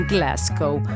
Glasgow